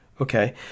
Okay